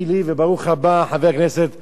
חבר הכנסת אורי אורבך,